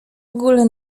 ogóle